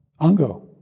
Ango